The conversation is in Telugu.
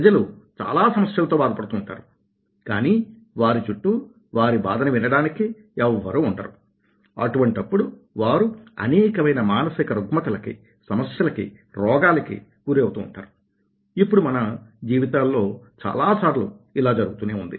ప్రజలు చాలా సమస్యలతో బాధపడుతూ ఉంటారు కానీ వారి చుట్టూ వారి బాధని వినడానికి ఎవ్వరూ ఉండరు అటువంటప్పుడు వారు అనేకమైన మానసిక రుగ్మతలకి సమస్యలకి రోగాలకి గురి అవుతుంటారు ఇప్పుడు మన జీవితంలో చాలాసార్లు ఇలా జరుగుతూ ఉంది